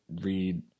read